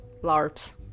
LARPs